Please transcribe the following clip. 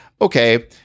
okay